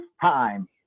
time